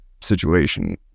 situation